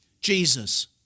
Jesus